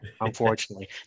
Unfortunately